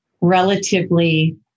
relatively